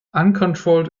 uncontrolled